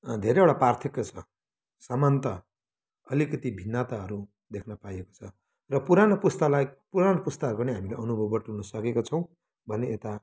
धेरैवटा पार्थक्य छ समानता अलिकति भिन्नताहरू देख्न पाइएको छ र पुरानो पुस्तालाई पुरानो पुस्ताहरूको पनि हामीले अनुभव बटुल्न सकेका छौँ भने यता